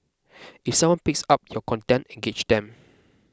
if someone picks up your content engage them